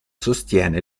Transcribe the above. sostiene